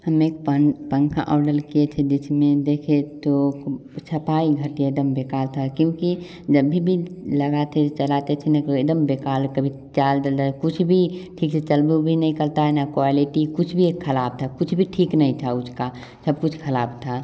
हम एक पंख पंखा ऑडल किए थे जिसमें देखे तो अच्छा पाई घटिया एकदम बेकार था क्योंकि जब भी लगाते चलाते चलने के एकदम बेकार कभी चाल चले कुछ भी ठीक से चलबो भी नहीं करता ना क्वालिटी कुछ भी खराब था कुछ भी ठीक नहीं था उसका सब कुछ खराब था